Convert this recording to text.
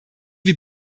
wie